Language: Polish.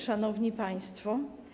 Szanowni Państwo!